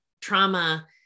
trauma